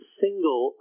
single